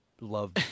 love